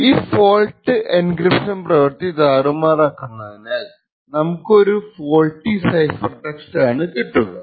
ഈ fault encryption പ്രവൃത്തി താറുമാറാക്കുന്നതിനാൽ നമുക്ക് ഒരു ഫോൾട്ടി സൈഫർ ടെക്സ്റ്റ് ആണ് കിട്ടുക